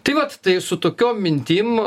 tai vat tai su tokiom mintim